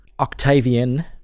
Octavian